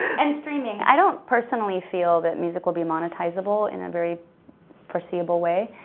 and streaming. i don't personally feel that music will be monetizable in a very foreseeable way.